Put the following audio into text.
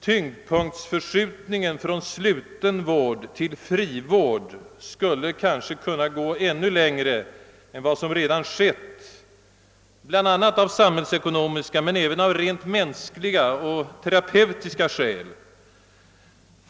Tyngdpunktsförskjutningen från sluten vård till frivård har där pågått länge och skulle kanske kunna gå ännu längre än vad som redan skett bl.a. av samhällsekonomiska men även av rent mänskliga och terapeutiska skäl.